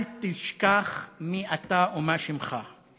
אל תשכח מי אתה ומה שמך.